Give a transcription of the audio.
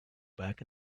back